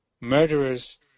murderers